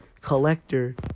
Collector